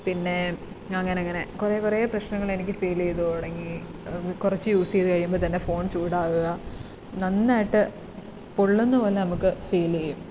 പിന്നെ അങ്ങനിങ്ങനെ കുറേ കുറേ പ്രശ്നങ്ങളെനിക്ക് ഫീല്യ്ത് തുടങ്ങി കുറച്ച് യൂസ്യ്ത് കഴിയുമ്പോള് തന്നെ ഫോൺ ചൂടാവുക നന്നായിട്ട് പൊള്ളുന്ന പോലെ നമുക്ക് ഫീല്യ്യും